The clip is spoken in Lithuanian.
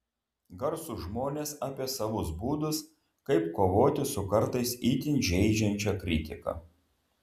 garsūs žmonės apie savus būdus kaip kovoti su kartais itin žeidžiančia kritika